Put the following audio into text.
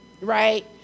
right